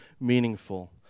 meaningful